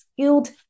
skilled